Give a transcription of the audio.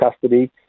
custody